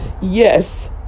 Yes